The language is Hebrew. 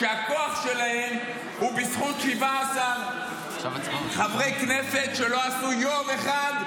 כשהכוח שלהם הוא בזכות 17 חברי כנסת שלא עשו יום אחד,